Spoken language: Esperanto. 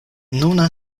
nuna